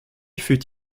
fut